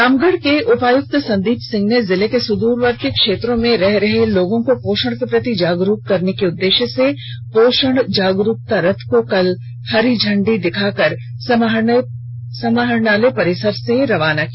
रामगढ़ के उपायुक्त संदीप सिंह ने जिले के सुदूरवर्ती क्षेत्रों में रह रहे लोगों को पोषण के प्रति जागरूक करने के उद्देश्य से पोषण जागरूकता रथ को कल हरी झंडी दिखाकर समाहरणालय परिसर से रवाना किया